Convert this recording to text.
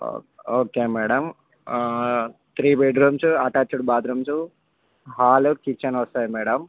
ఓ okay madam three bedrooms attached bathrooms hall kitchen వస్తాయి madam